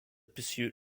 pursuit